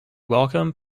welcome